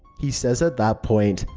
he says at that point,